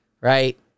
right